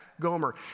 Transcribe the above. Gomer